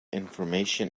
information